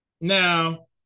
now